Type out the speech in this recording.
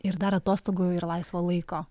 ir dar atostogų ir laisvo laiko